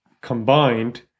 combined